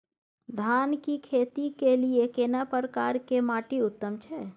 धान की फसल के लिये केना प्रकार के माटी उत्तम छै?